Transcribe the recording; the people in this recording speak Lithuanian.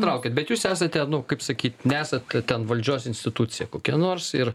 traukiat bet jūs esate nu kaip sakyt nesat ten valdžios institucija kokia nors ir